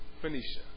Phoenicia